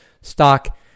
stock